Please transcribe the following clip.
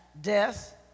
death